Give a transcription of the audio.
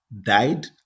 died